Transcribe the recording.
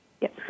Yes